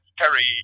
Terry